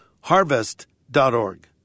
harvest.org